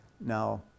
Now